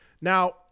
Now